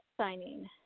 signing